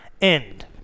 end